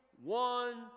one